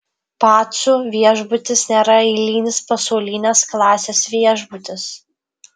pacų viešbutis nėra eilinis pasaulinės klasės viešbutis